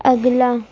اگلا